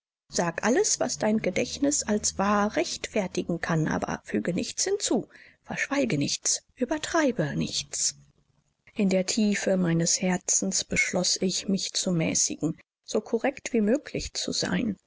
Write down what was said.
sag alles was dein gedächtnis als wahr rechtfertigen kann aber füge nichts hinzu verschweige nichts übertreibe nichts in der tiefe meines herzens beschloß ich mich zu mäßigen so korrekt wie möglich zu sein